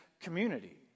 community